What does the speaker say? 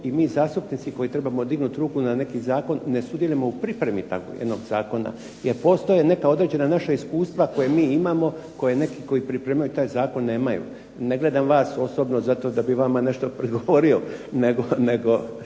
i mi zastupnici koji trebamo dignut ruku na neki zakon ne sudjelujemo u pripremi takvog jednog zakona, jer postoje neka određena naša iskustva koja mi imamo koji neki koji pripremaju taj zakon nemaju. Ne gledam vas osobno zato što bi vama prigovorio, nego